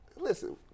listen